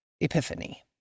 Epiphany